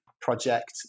project